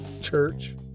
Church